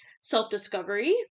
self-discovery